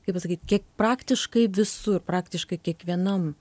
kaip pasakyt kiek praktiškai visur praktiškai kiekvienam